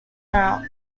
route